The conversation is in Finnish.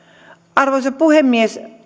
arvoisa puhemies